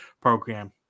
program